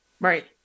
Right